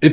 it